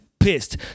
Pissed